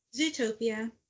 Zootopia